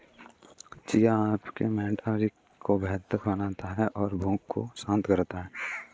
chia आपके metabolism को बेहतर बनाता है और भूख को शांत करता है